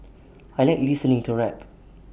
I Like listening to rap